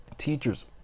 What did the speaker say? teachers